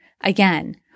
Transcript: Again